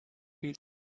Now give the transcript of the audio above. viel